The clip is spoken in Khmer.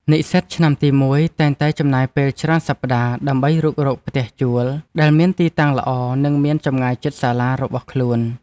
និស្សិតឆ្នាំទីមួយតែងតែចំណាយពេលច្រើនសប្តាហ៍ ដើម្បីរុករកផ្ទះជួលដែលមានទីតាំងល្អនិងមានចម្ងាយជិតសាលារបស់ខ្លួន។